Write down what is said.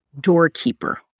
Doorkeeper